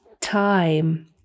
time